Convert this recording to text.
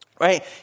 right